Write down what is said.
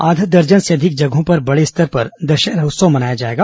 आधा दर्जन से अधिक जगहों पर बड़े स्तर पर दशहरा उत्सव मनाया जाएगा